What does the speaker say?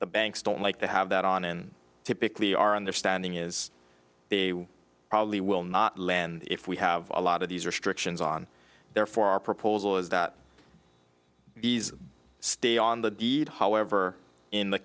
the banks don't like to have that on in typically our understanding is they probably will not lend if we have a lot of these restrictions on there for our proposal is that these stay on the deed however in the